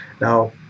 Now